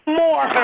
more